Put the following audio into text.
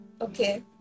Okay